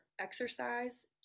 exercise